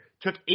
took